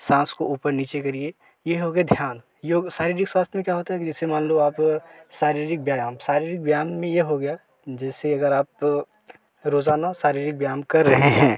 सांस को ऊपर नीचे करिए ये हो गया ध्यान योग शारीरिक स्वास्थ्य में क्या होता है कि जैसे मान लो आप सारीरिक व्यायाम शारीरिक व्यायाम में ये हो गया जैसे अगर आप रोजाना शारीरिक व्यायाम कर रहे हैं